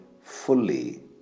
fully